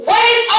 Wait